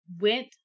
went